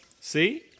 See